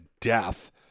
death